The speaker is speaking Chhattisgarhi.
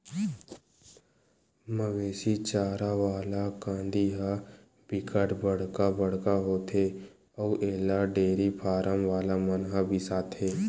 मवेशी चारा वाला कांदी ह बिकट बड़का बड़का होथे अउ एला डेयरी फारम वाला मन ह बिसाथे